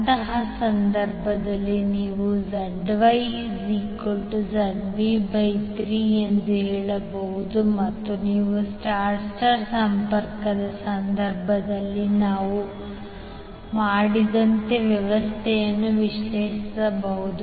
ಅಂತಹ ಸಂದರ್ಭದಲ್ಲಿ ನೀವು ZYZ∆3 ಎಂದು ಹೇಳಬಹುದು ಮತ್ತು ನೀವು ಸ್ಟಾರ್ ಸ್ಟಾರ್ ಸಂಪರ್ಕದ ಸಂದರ್ಭದಲ್ಲಿ ನಾವು ಮಾಡಿದಂತೆ ವ್ಯವಸ್ಥೆಯನ್ನು ವಿಶ್ಲೇಷಿಸಬಹುದು